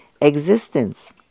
Existence